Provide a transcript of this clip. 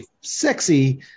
sexy